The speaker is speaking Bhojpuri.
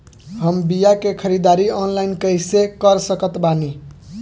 हम बीया के ख़रीदारी ऑनलाइन कैसे कर सकत बानी?